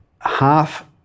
half